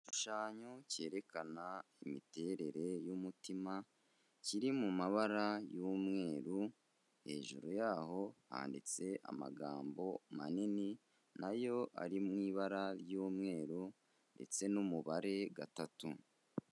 Igishushanyo cyerekana imiterere y'umutima, kiri mu mabara y'umweru, hejuru yaho handitse amagambo manini na yo ari mu ibara ry'umweru ndetse n'umubare gatatu.